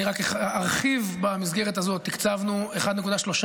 אני רק ארחיב במסגרת הזאת: הקצבנו 1.3